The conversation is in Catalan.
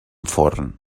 forn